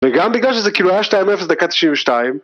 וגם בגלל שזה כאילו היה 2:0 דקה 92